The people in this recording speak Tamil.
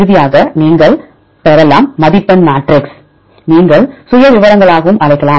இறுதியாக நீங்கள் பெறலாம் மதிப்பெண் மேட்ரிக்ஸ் நீங்கள் சுயவிவரங்களாகவும் அழைக்கலாம்